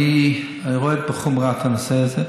אני רואה בחומרה את הנושא הזה.